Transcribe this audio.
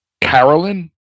Carolyn